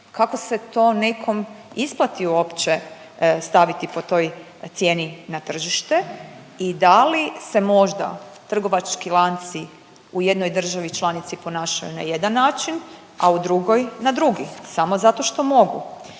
kako se to nekom isplati uopće staviti po toj cijeni na tržište i da li se možda trgovački lanci u jednoj državi ponašaju na jedan način, a u drugoj na drugi samo zato što mogu.